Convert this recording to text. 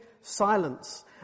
silence